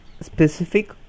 specific